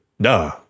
Duh